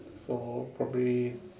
so probably